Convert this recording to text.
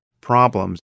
problems